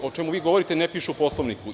To o čemu vi govorite ne piše u Poslovniku.